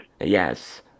Yes